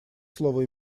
слово